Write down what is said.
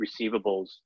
receivables